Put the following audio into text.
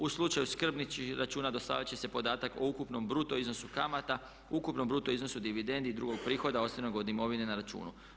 U slučaju skrbničkih računa dostavit će se podatak o ukupnom bruto iznosu kamata, ukupnom bruto iznosu dividendi i drugog prihoda ostvarenog od imovine na računu.